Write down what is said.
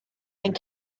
and